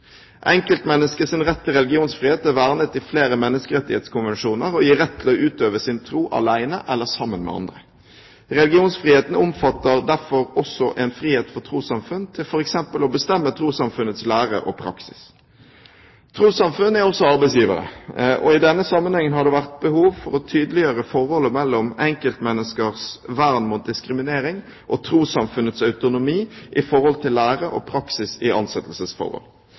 utøve sin tro alene eller sammen med andre. Religionsfriheten omfatter derfor også en frihet for trossamfunn til f.eks. å bestemme trossamfunnets lære og praksis. Trossamfunn er også arbeidsgivere, og i denne sammenhengen har det vært behov for å tydeliggjøre forholdet mellom enkeltmenneskers vern mot diskriminering og trossamfunnets autonomi i forhold til lære og praksis i ansettelsesforhold.